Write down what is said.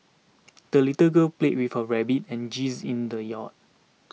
the little girl played with her rabbit and geese in the yard